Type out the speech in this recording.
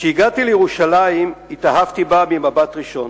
משהגעתי לירושלים התאהבתי בה ממבט ראשון,